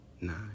nine